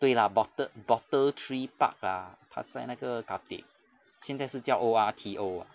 对 lah bottl~ bottle tree park lah 它在那个 khatib 现在是叫 O_R_T_O ah